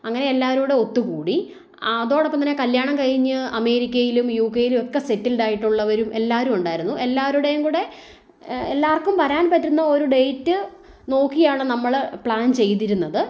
അങ്ങനെ എല്ലാവരും കൂടി ഒത്തുകൂടി അതോടൊപ്പം തന്നെ കല്യാണം കഴിഞ്ഞ് അമേരിക്കയിലും യു കെയിലും ഒക്കെ സെറ്റിൽഡ് ആയിട്ടുള്ളവരും എല്ലാവരും ഉണ്ടായിരുന്നു എല്ലാരുടെയും കൂടെ എല്ലാവർക്കും വരാൻ പറ്റുന്ന ഒരു ഡേറ്റ് നോക്കിയാണ് നമ്മൾ പ്ലാൻ ചെയ്തിരുന്നത്